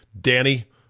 Danny